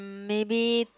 maybe